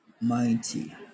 mighty